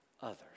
Others